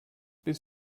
bis